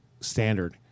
standard